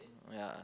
ya